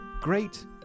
Great